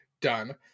done